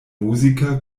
musiker